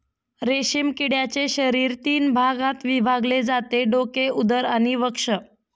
रेशीम किड्याचे शरीर तीन भागात विभागले जाते डोके, उदर आणि वक्ष